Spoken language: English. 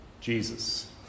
Jesus